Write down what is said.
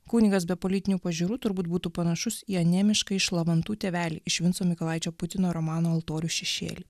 kunigas be politinių pažiūrų turbūt būtų panašus į anemiškąjį šlavantų tėvelį iš vinco mykolaičio putino romano altorių šešėly